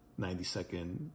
90-second